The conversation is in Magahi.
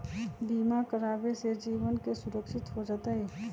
बीमा करावे से जीवन के सुरक्षित हो जतई?